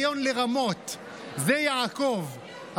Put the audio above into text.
מה ההבדל בין שם יעקב לשם ישראל?